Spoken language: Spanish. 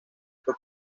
fue